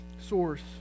source